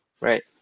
Right